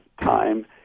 time